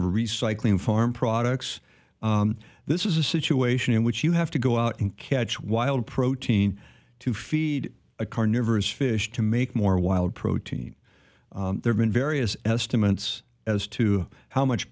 of recycling farm products this is a situation in which you have to go out and catch wild protein to feed a carnivorous fish to make more wild protein there's been various estimates as to how much